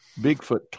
Bigfoot